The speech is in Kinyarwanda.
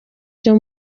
cyo